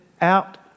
out